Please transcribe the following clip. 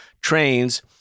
trains